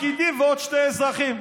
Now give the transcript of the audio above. פקידים ועוד שני אזרחים.